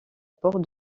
porte